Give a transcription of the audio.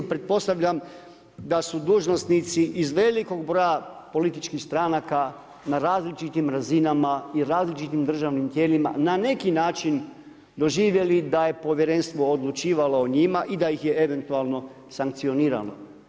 Pretpostavljam da su dužnosnici iz velikog broja političkih stranaka na različitim razinama i različitim državnim tijelima na neki način doživjeli da je povjerenstvo odlučivalo o njima i da ih je eventualno sankcioniralo.